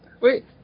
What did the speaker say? Wait